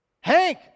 Hank